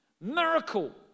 miracle